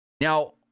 Now